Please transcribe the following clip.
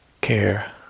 care